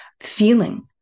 feeling